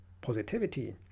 positivity